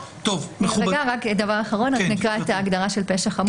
אני מקריאה את ההגדרה של פשע חמור.